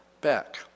back